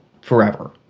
forever